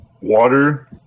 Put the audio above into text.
Water